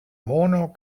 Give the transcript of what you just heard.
mono